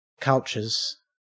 culture's